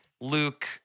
Luke